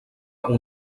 una